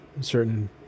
certain